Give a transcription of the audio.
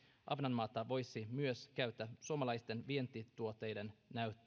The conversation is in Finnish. ahvenanmaata voisi myös käyttää suomalaisten vientituotteiden